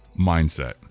Mindset